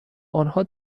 آنها